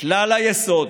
כלל היסוד